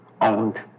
owned